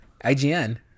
IGN